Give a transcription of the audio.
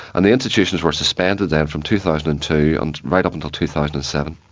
and the institutions were suspended then from two thousand and two and right up until two thousand and seven,